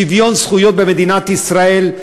שוויון זכויות במדינת ישראל.